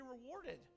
rewarded